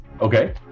Okay